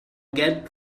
get